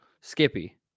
Skippy